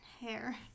hair